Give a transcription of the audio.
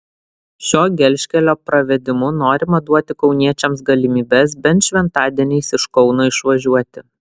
šio gelžkelio pravedimu norima duoti kauniečiams galimybes bent šventadieniais iš kauno išvažiuoti